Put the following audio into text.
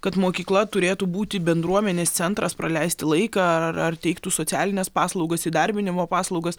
kad mokykla turėtų būti bendruomenės centras praleisti laiką ar ar teiktų socialines paslaugas įdarbinimo paslaugas